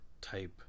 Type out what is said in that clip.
type